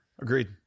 Agreed